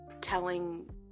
telling